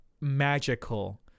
magical